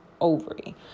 ovary